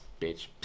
Bitch